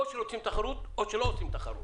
או שעושים תחרות או שלא עושים תחרות.